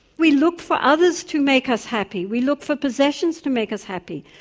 we look for others to make us happy, we look for possessions to make us happy,